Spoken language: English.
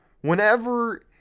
whenever